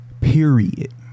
period